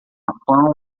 pão